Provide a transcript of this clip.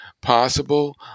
possible